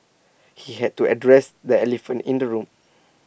he had to address the elephant in the room